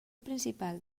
principal